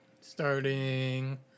starting